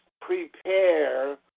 prepare